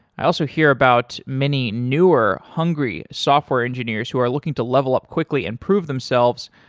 i also hear about many newer hungry software engineers who are looking to level up quickly and prove themselves,